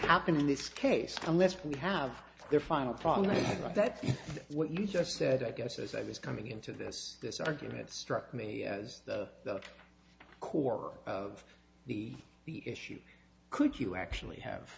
happened in this case unless we have their final problem is that what you just said i guess as i was coming into this this argument struck me as the core of the issue could you actually have